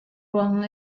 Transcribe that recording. ruang